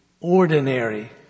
ordinary